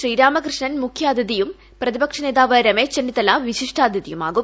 ശ്രീരാമകൃഷ്ണൻ മുഖ്യാതിഥിയും പ്രതിപക്ഷ നേതാവ് രമേശ് ചെന്നിത്തല വിശിഷ്ടാതിഥിയുമാകും